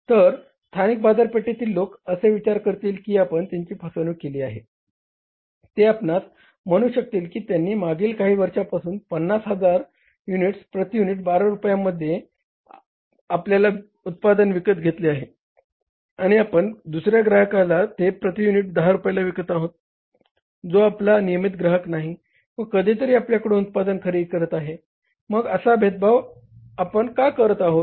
तर स्थानिक बाजारपेठेतील लोक असे विचार करतील की आपण त्यांची फसवणूक केली आहे ते आपणास म्हणू शकतील की त्यांनी मागील काही वर्षापासून 50000 युनिट्स प्रती युनिट 12 रुपयांप्रमाणे आपल्याकडून उत्पादन विकत घेतले आहे आणि आपण दुसऱ्या ग्राहकाला ते प्रती युनिट 10 रुपयाला विकत आहोत जो आपला नियमित ग्राहक नाही व कधीतरी आपल्याकडून उत्पादन खरेदी करत आहे मग असा भेदभाव आपण का करत आहोत